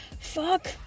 fuck